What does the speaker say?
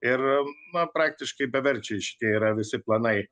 ir na praktiškai beverčiai šitie yra visi planai